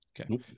okay